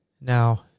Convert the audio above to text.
Now